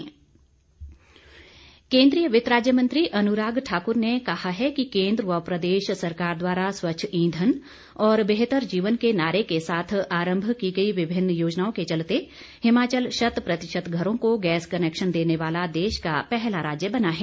अनुराग केंद्रीय वित्त व कॉरपोरेट मामले राज्य मंत्री अनुराग ठाकुर ने कहा है कि केंद्र व प्रदेश सरकार द्वारा स्वच्छ ईंधन और बेहतर जीवन के नारे के साथ आंरभ की गई विभिन्न योजनाओं के चलते हिमाचल शत प्रतिशत घरों को गैस कनैक्शन देने वाला देश का पहला राज्य बना है